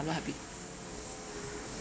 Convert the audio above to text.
I'm not happy